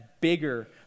bigger